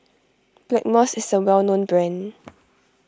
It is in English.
Blackmores is a well known brand